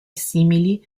simili